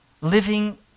living